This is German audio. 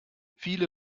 viele